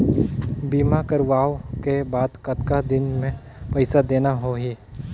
बीमा करवाओ के बाद कतना दिन मे पइसा देना हो ही?